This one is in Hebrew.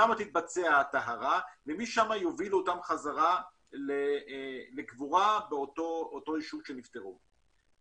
שם תתבצע הטהרה ומשם יובילו אותם חזרה לקבורה באותו יישוב שנפטרו.